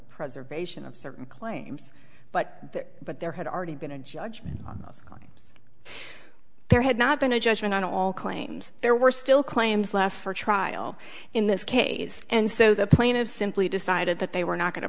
preservation of certain claims but but there had already been a judgment on there had not been a judgment on all claims there were still claims left for trial in this case and so the plan of simply decided that they were not going to